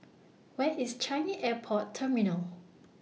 Where IS Changi Airport Terminal